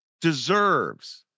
deserves